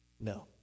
No